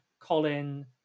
Colin